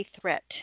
threat